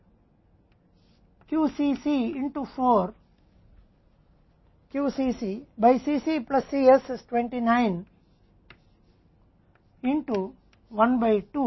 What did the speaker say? तो यह 186548 Q Cc 4 Q Cc Cc Csc 29 1बाय 21 D P है ½ ½